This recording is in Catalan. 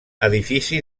edifici